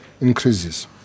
increases